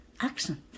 accent